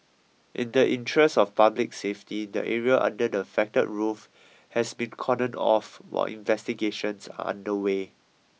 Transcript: in the interest of public safety the area under the affected roof has been cordoned off while investigations are underway